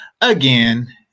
again